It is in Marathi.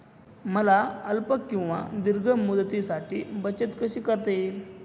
मला अल्प किंवा दीर्घ मुदतीसाठी बचत कशी करता येईल?